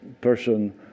person